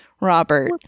Robert